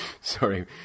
sorry